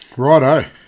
Righto